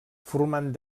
formant